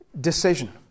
decision